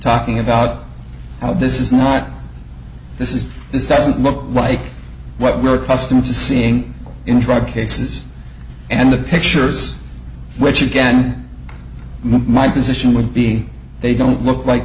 talking about how this is not this is this doesn't look like what we're accustomed to seeing in drug cases and the pictures which again my position would be they don't look like